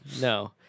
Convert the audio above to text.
no